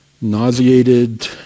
nauseated